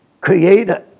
created